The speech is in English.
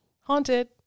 Haunted